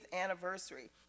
anniversary